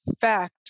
fact